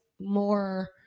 more